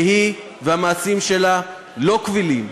שהיא והמעשים שלה לא קבילים,